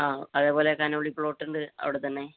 ആ അതേപോലെ കനോളി പ്ലോട്ടുണ്ട് അവിടെത്തന്നെ